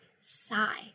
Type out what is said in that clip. sigh